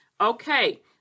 Okay